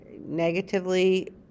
negatively